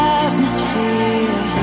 atmosphere